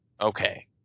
okay